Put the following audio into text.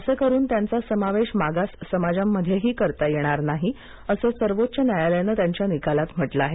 असं करुन त्यांचा समावेश मागास समाजांमध्येही करता येणार नाहीअसंही सर्वोच्च न्यायालयान त्यांच्या निकालात म्हटलं आहे